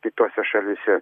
kitose šalyse